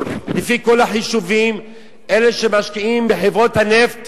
לפי כל החישובים אלה שמשקיעים בחברות הנפט